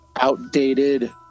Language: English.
outdated